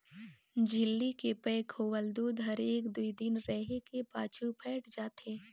झिल्ली के पैक होवल दूद हर एक दुइ दिन रहें के पाछू फ़ायट जाथे